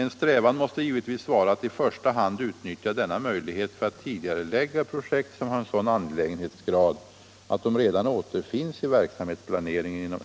En strävan måste givetvis vara att i första hand utnyttja denna möjlighet för att tidigarelägga projekt som har en sådan angelägenhetsgrad att de redan återfinns i verksamhetsplaneringen